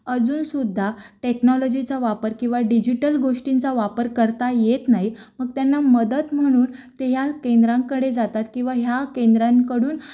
अजूनसुद्धा टेक्नॉलॉजीचा वापर किंवा डिजिटल गोष्टींचा वापर करता येत नाही मग त्यांना मदत म्हणून ते या केंद्रांकडे जातात किंवा ह्या केंद्रांकडून आपल्या